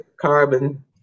carbon